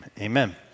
Amen